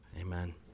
Amen